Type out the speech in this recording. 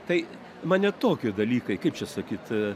tai mane tokie dalykai kaip čia sakyt